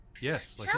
Yes